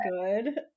good